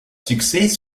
succès